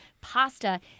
pasta